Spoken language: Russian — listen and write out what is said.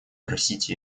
просить